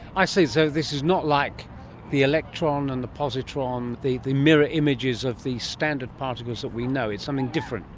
i see, so this is not like the electron and the positron, the the mirror images of the standard particles that we know, it's something different.